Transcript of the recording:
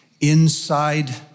inside